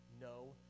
No